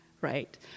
right